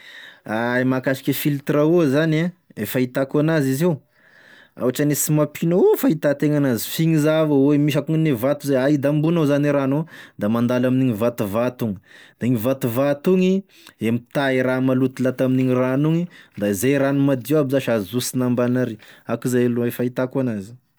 Mahakasiky filtre eau zany ah, e fahitako anazy izy io otrany sy mampino avao e fahitantegna anazy f'igny zà avao e misy akonagne vato zay da ambony ao da mandalo amin'igny vatovato ogny, da igny vatovato ogny e mitaha e raha maloto laha tamin'igny rano ogny da izay e rano madio aby zasy azosony ambany ary, akô zay aloha e fahitako anazy.